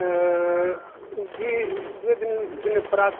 द्वि द्विदिनं दिनात् प्राक्